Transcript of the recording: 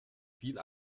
viel